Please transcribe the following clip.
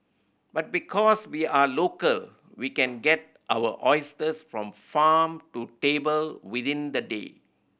but because we are local we can get our oysters from farm to table within the day